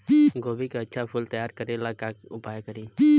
गोभी के अच्छा फूल तैयार करे ला का उपाय करी?